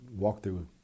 walkthrough